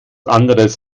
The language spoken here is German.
anderes